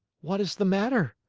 what is the matter?